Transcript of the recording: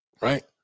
right